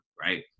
right